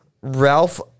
Ralph